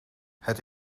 het